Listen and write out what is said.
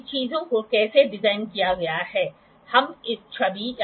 slip gauge की तरह angle ब्लॉकों को विभिन्न संयोजनों में एक साथ घुमाया जा सकता है